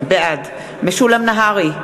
בעד משולם נהרי,